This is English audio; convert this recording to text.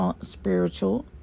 spiritual